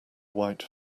white